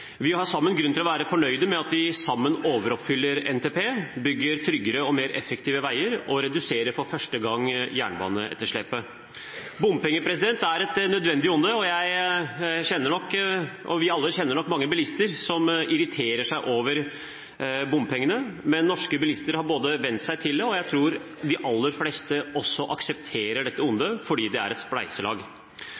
Vi har grunn til å være fornøyde med at vi sammen overoppfyller NTP, bygger tryggere og mer effektive veier og for første gang reduserer jernbaneetterslepet. Bompenger er et nødvendig onde, og vi kjenner nok alle mange bilister som irriterer seg over bompengene, men norske bilister har vent seg til dette, og jeg tror også de aller fleste aksepterer dette ondet fordi det er et spleiselag.